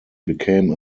became